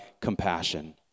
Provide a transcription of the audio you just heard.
compassion